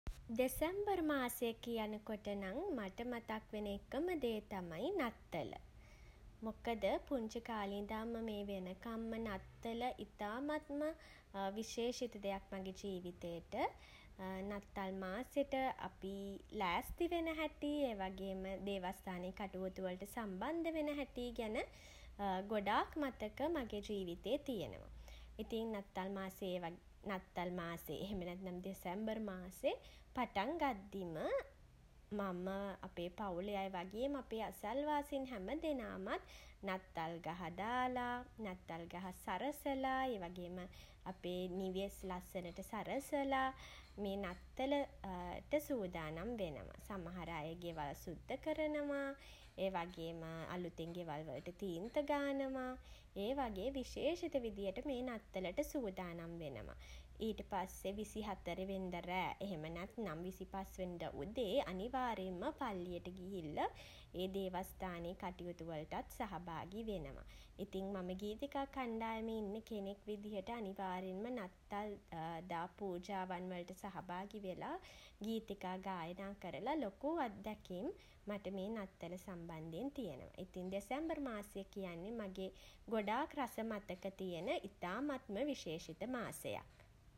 දෙසැම්බර් මාසය කියනකොට නම් මට මතක් වෙන එකම දේ තමයි නත්තල. මොකද පුංචි කාලෙ ඉඳන්ම මේ වෙනකම්ම නත්තල ඉතාමත්ම විශේෂිත දෙයක් මගේ ජීවිතේට. නත්තල් මාසෙට අපි ලෑස්ති වෙන හැටි ඒ වගේම දේවස්ථානයේ කටයුතුවලට සම්බන්ධ වෙන හැටි ගැන ගොඩාක් මතක මගේ ජීවිතේ තියෙනවා. ඉතින් නත්තල් මාසයේ නත්තල් මාසේ එහෙම නැත්නම් දෙසැම්බර් මාසේ පටන් ගද්දිම මම අපේ පවුලේ අය වගේම අපේ අසල්වාසීන් හැමදෙනාමත් නත්තල් ගහ දාලා නත්තල් ගහ සරසලා ඒ වගේම අපේ නිවෙස් ලස්සනට සරසලා මේ නත්තල ට සූදානම් වෙනවා. සමහර අය ගෙවල් සුද්ද කරනවා. ඒ වගේම අලුතින් ගෙවල් වලට තීන්ත ගානවා. ඒ වගේ විශේෂිත විදිහට මේ නත්තලට සූදානම් වෙනවා. ඊට පස්සෙ විසි හතර වෙනිදා රෑ එහෙම නැත්නම් විසිපස් වෙනිදා උදේ අනිවාර්යයෙන්ම පල්ලියට ගිහිල්ල ඒ දේවස්ථානයේ කටයුතු වලටත් සහභාගි වෙනවා. ඉතින් මම ගීතිකා කණ්ඩායමේ ඉන්න කෙනෙක් විදිහට අනිවාර්යෙන්ම නත්තල් දා පූජාවන් වලට සහභාගි වෙලා ගීතිකා ගායනා කරලා ලොකු අත්දැකීම් මට මේ නත්තල සම්බන්ධයෙන් තියෙනවා. ඉතිං දෙසැම්බර් මාසය කියන්නේ මගේ ගොඩාක් රස මතක තියෙන ඉතාමත්ම විශේෂිත මාසයක්.